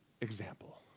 example